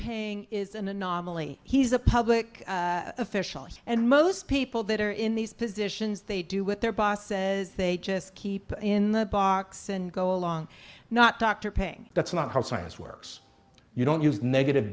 paying is an anomaly he's a public official and most people that are in these positions they do what their boss says they just keep in the box and go along not doctor paying that's not how science works you don't use negative